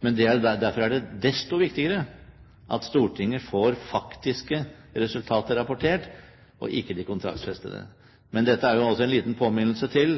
Derfor er det desto viktigere at Stortinget får faktiske resultater rapportert og ikke de kontraktsfestede. Dette er en liten påminnelse til